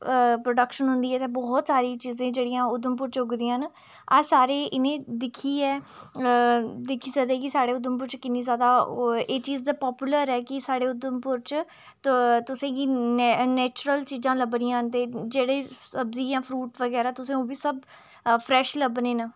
production होंदी ऐ इत्थै बोह्त सारी चीज़ां जेह्ड़ियां उधमपुर च उगदियां न अस सारे इनेंगी दिक्खियै दिक्खी सकदे कि साढ़े उधमपुर च किन्नी ज्यादा ओह् एह् चीज़ पापुलर ऐ कि साढ़े उधमपुर च तुसेंगी नै नैच्चुरल चीज़ां लभनियां ते जेह्ड़े सब्ज़ी जां फरूट बगैरा तुसें बी ओह् बी सब फ्रैश लब्भने न